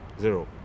zero